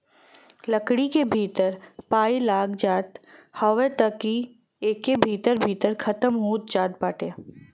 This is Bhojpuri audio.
लकड़ी के भीतर पाई लाग जात हवे त इ एके भीतरे भीतर खतम हो जात बाटे